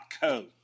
co